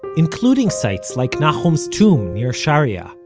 including sites like nahum's tomb near sharya,